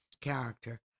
character